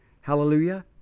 Hallelujah